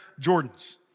Jordans